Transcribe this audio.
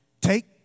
take